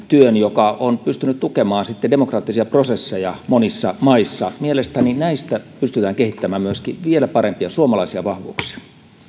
työn joka on pystynyt tukemaan sitten demokraattisia prosesseja monissa maissa mielestäni näistä pystytään kehittämään myöskin vielä parempia suomalaisia vahvuuksia